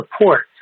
support